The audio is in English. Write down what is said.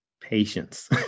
Patience